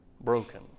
broken